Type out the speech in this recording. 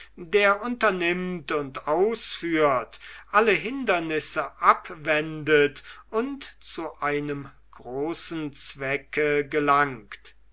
der unternimmt und ausführt alle hindernisse abwendet und zu einem großen zwecke gelangt